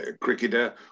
cricketer